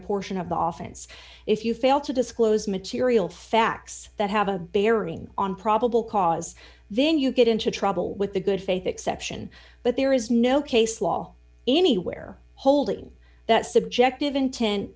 a portion of the office if you fail to disclose material facts that have a bearing on probable cause then you get into trouble with the good faith exception but there is no case law anywhere holding that subjective intent